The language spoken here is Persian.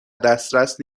دسترس